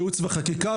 ייעוץ וחקיקה,